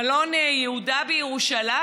מלון יהודה בירושלים,